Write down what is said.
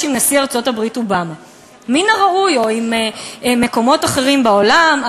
עם נשיא ארצות-הברית אובמה או למקומות אחרים בעולם.